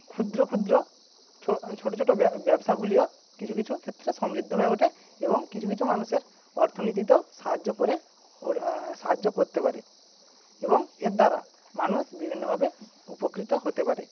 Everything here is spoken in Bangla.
ক্ষুদ্র ক্ষুদ্র ছোট ছোট ব্যবসাগুলিও কিছু কিছু ক্ষেত্রে সমৃদ্ধ হয়ে ওঠে এবং কিছু কিছু মানষের অর্থনীতিতেও সাহায্য করে সাহায্য করতে পারে এবং এর দ্বারা মানুষ বিভিন্নভাবে উপকৃত হতে পারে